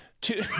Two